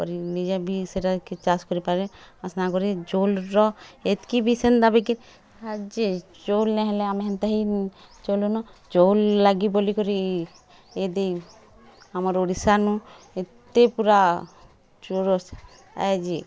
କରି ନିଜେ ବି ସେଟାକେ ଚାଷ୍ କରିପାରେ ଆର୍ ସାଙ୍ଗେରେ ଚାଉଲ୍ର ଏତକି ବି ସେନ୍ତା ବି ଯେ ଚାଉଲ୍ ନାଇଁ ହେଲେ ଆମେ ହେନ୍ତା ହିଁ ଚଲ୍ଲୁନ ଚାଉଲ୍ ଲାଗି ବଲିକରି ଇହାଦେ ଆମର୍ ଓଡ଼ିଶାନୁ ଏତେ ପୁରା ଚୌରସ୍ ଆଏ ଯେ